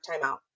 timeout